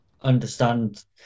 understand